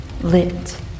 lit